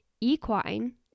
equine